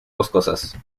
boscosas